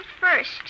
first